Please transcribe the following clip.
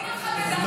מורידים אותך בדרגה.